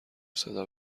صدا